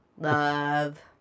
love